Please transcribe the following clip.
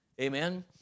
Amen